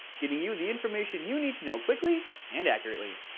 getting you the information you need to know quickly and accurately.